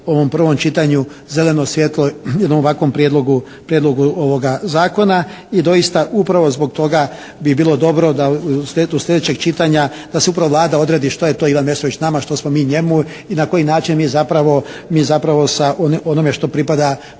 ovom prvom čitanju zelenom svijetlo jednom ovakvom prijedlogu, prijedlogu ovoga zakona i doista upravo zbog toga bi bilo dobro da … /Govornik se ne razumije./ … sljedećeg čitanja da se upravo Vlada odredi što je to Ivan Meštrović nama, što smo mi njemu i na koji način mi zapravo, mi zapravo sa onome što pripada, pripada